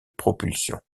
propulsion